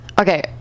Okay